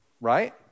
Right